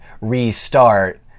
restart